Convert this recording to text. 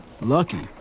Lucky